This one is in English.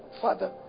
Father